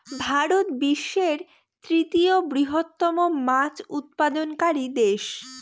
ভারত বিশ্বের তৃতীয় বৃহত্তম মাছ উৎপাদনকারী দেশ